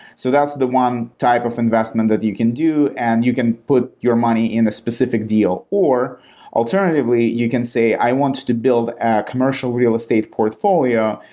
so that's the one type of investment that you can do, and you can put your money in a specific deal, or alternatively, you can say, i want to build a commercial real estate portfolio,